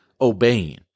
obeying